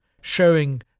showing